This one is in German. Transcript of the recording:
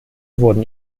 wurden